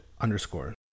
underscore